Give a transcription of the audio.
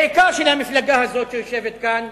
בעיקר של המפלגה הזאת שיושבת כאן.